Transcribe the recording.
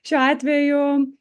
šiuo atveju